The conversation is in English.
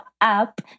up